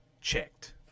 checked